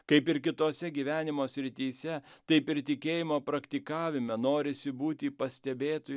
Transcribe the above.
kaip ir kitose gyvenimo srityse taip ir tikėjimo praktikavime norisi būti pastebėtu